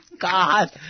God